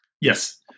Yes